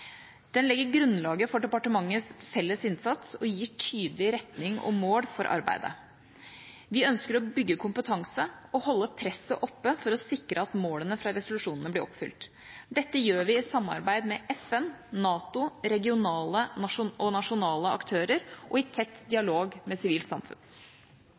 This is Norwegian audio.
Den legger grunnlaget for departementets felles innsats og gir tydelig retning og mål for arbeidet. Vi ønsker å bygge kompetanse og holde presset oppe for å sikre at målene fra resolusjonene blir oppfylt. Dette gjør vi i samarbeid med FN, NATO og regionale og nasjonale aktører og i tett dialog med sivilt samfunn.